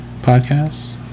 podcasts